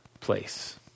place